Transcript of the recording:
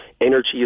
energy